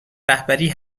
رهبری